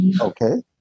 okay